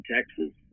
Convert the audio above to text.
Texas